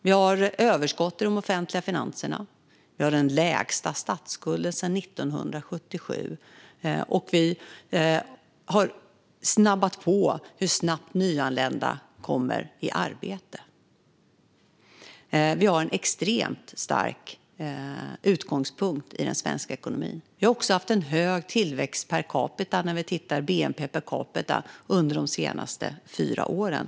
Vi har överskott i de offentliga finanserna. Vi har den lägsta statsskulden sedan 1977. Vi har snabbat på hur snabbt nyanlända kommer i arbete. Vi har en extremt stark utgångspunkt i den svenska ekonomin. Vi har också haft hög tillväxt per capita när vi tittar på bnp per capita de senaste fyra åren.